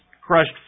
crushed